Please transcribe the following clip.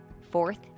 Fourth